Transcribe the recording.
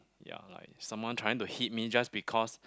ya like someone trying to hit me just because